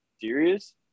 serious